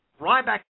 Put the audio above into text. Ryback